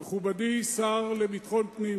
שהיא לא יכולה לאכוף את החוק הזה,